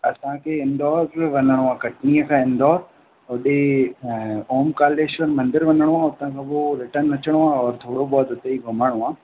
असांखे इंदौर बि वञिणो आहे कटनीअ खां इंदौर ओॾे ओंकारेश्वर मंदरु वञिणो आहे उतां खां पोइ रिटन अचिणो आहे और थोरो बहुत उते ई घुमिणो आहे